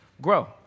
grow